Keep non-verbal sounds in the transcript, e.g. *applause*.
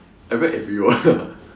I wreck everyone ah *laughs*